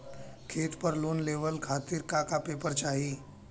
खेत पर लोन लेवल खातिर का का पेपर चाही?